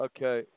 Okay